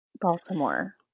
Baltimore